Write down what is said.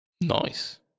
Nice